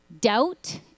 doubt